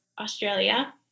Australia